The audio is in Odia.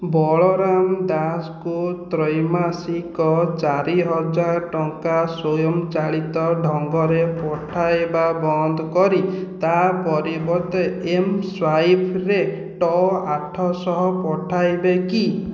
ବଳରାମ ଦାସକୁ ତ୍ରୈମାସିକ ଚାରିହଜାର ଟଙ୍କା ସ୍ୱୟଂ ଚାଳିତ ଢଙ୍ଗରେ ପଠାଇବା ବନ୍ଦ କରି ତା' ପରିବର୍ତ୍ତେ ଏମସ୍ୱାଇପ୍ରେ ଟ ଆଠଶହ ପଠାଇବେ କି